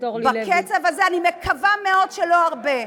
בקצב הזה, אני מקווה מאוד שלא הרבה.